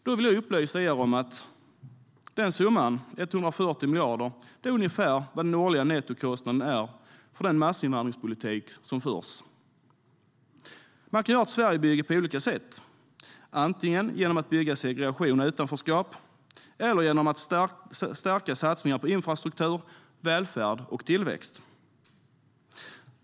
Jag vill upplysa er om att denna summa, 140 miljarder, ungefär motsvarar den årliga nettokostnaden för den massinvandringspolitik som förs. Man kan ha ett Sverigebygge på olika sätt: antingen genom att bygga segregation och utanförskap eller genom att stärka satsningar på infrastruktur, välfärd och tillväxt.